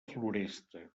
floresta